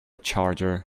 charger